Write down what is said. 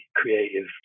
creative